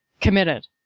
committed